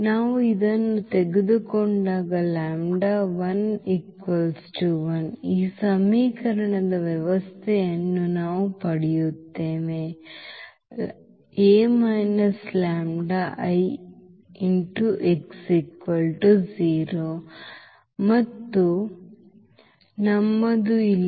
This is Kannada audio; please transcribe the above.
ನಾವು ಇದನ್ನು ತೆಗೆದುಕೊಂಡಾಗ ಈ ಸಮೀಕರಣದ ವ್ಯವಸ್ಥೆಯನ್ನು ನಾವು ಪಡೆಯುತ್ತೇವೆ A λI x 0 ಮತ್ತು ನಮ್ಮದು ಇಲ್ಲಿ